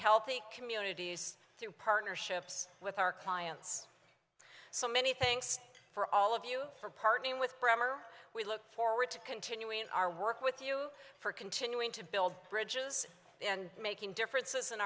healthy communities through partnerships with our clients so many thanks for all of you for partnering with bremmer we look forward to continuing our work with you for continuing to build bridges and making differences in